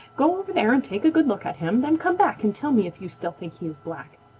go over there and take a good look at him then come back and tell me if you still think he is black.